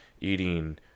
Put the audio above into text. eating